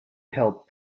help